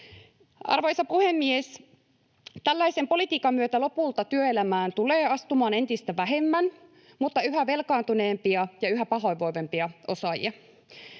Arvoisa puhemies! Tällaisen politiikan myötä lopulta työelämään tulee astumaan entistä vähemmän mutta yhä velkaantuneempia ja yhä pahoinvoivempia osaajia.